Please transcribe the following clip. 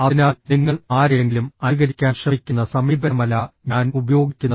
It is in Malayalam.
അതിനാൽ നിങ്ങൾ ആരെയെങ്കിലും അനുകരിക്കാൻ ശ്രമിക്കുന്ന സമീപനമല്ല ഞാൻ ഉപയോഗിക്കുന്നത്